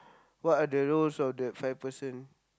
what are the roles of that five person